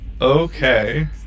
Okay